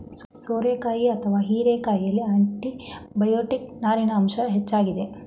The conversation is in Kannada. ಸೋರೆಕಾಯಿ ಅಥವಾ ಹೀರೆಕಾಯಿಯಲ್ಲಿ ಆಂಟಿಬಯೋಟಿಕ್, ನಾರಿನ ಅಂಶ ಹೆಚ್ಚಾಗಿದೆ